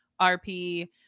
RP